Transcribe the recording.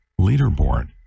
leaderboard